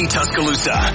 Tuscaloosa